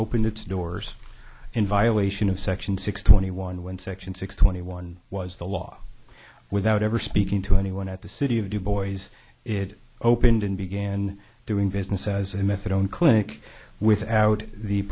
its doors in violation of section six twenty one when section six twenty one was the law without ever speaking to anyone at the city of two boys it opened and began doing business as a methadone clinic without the